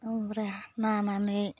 ओमफ्राय नानानै